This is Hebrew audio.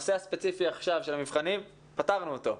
הנושא הספציפי עכשיו של המבחנים, פתרנו אותו.